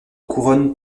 couronne